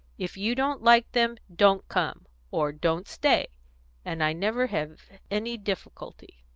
if you don't like them, don't come or don't stay and i never have any difficulty.